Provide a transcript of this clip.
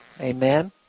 Amen